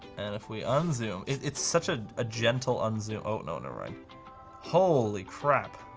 and if we ah unzoom it it's such a ah gentle unzoom. oh no, no, right holy crap.